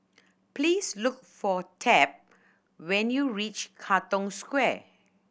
please look for Tab when you reach Katong Square